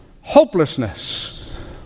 hopelessness